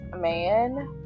man